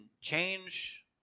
change